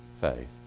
faith